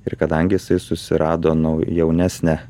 ir kadangi jisai susirado nau jaunesnę